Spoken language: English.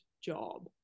job